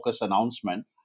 announcement